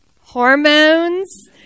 hormones